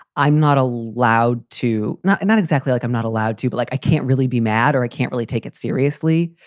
i'm not allowed to. not not exactly like i'm not allowed to, but like i can't really be mad or i can't really take it seriously.